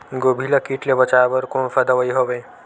गोभी ल कीट ले बचाय बर कोन सा दवाई हवे?